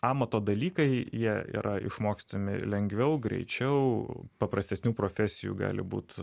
amato dalykai jie yra išmokstami lengviau greičiau paprastesnių profesijų gali būt